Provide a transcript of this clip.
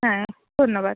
হ্যাঁ ধন্যবাদ